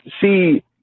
See